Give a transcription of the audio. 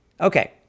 Okay